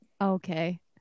Okay